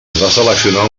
seleccionar